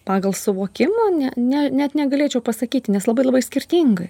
pagal suvokimą ne ne net negalėčiau pasakyti nes labai labai skirtingai